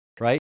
right